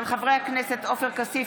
של חברי הכנסת עופר כסיף,